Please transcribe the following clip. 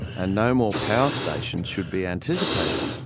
and no more power stations should be anticipated.